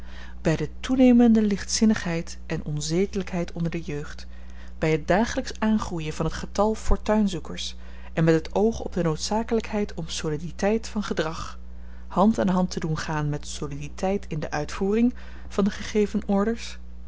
by de toenemende ligtzinnigheid en onzedelykheid onder de jeugd by het dagelyks aangroeien van het getal fortuinzoekers en met het oog op de noodzakelykheid om soliditeit van gedrag hand aan hand te doen gaan met soliditeit in de uitvoering van de gegeven orders